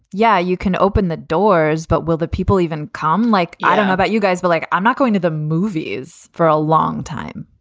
yeah, you can open the doors, but will the people even come? like, i don't know about you guys, but, like, i'm not going to the movies for a long time.